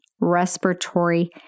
respiratory